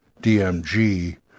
DMG